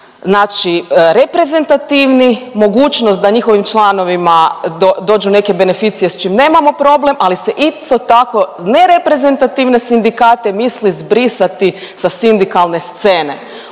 su reprezentativni, mogućnost da njihovim članovima dođu neke beneficije s čim nemamo problem, ali se isto tako ne reprezentativne sindikate misli zbrisati sa sindikalne scene.